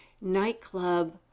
nightclub